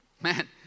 Man